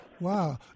Wow